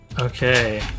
Okay